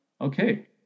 Okay